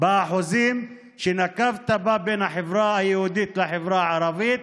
באחוזים שנקבת בה בין החברה היהודית לחברה הערבית,